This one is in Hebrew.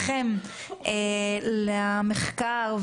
ורופא מקבל אישור לכתוב מרשמים לקנאביס,